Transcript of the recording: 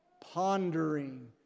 Pondering